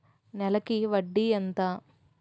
నెలకి వడ్డీ ఎంత?